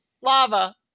lava